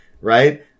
Right